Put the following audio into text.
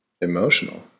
emotional